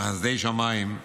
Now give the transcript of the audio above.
בחסדי שמיים,